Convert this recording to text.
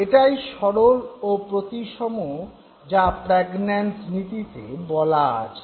এটাই সরল ও প্রতিসম যা প্র্যাগন্যানজ নীতিতে বলা আছে